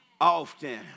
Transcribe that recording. often